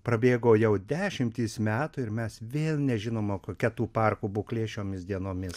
prabėgo jau dešimtys metų ir mes vėl nežinoma kokia tų parkų būklė šiomis dienomis